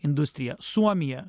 industrija suomija